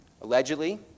allegedly